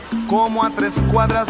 guam. want this one.